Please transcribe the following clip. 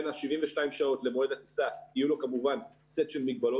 בין ה-72 שעות למועד הטיסה יהיה לו כמובן סט של מגבלות.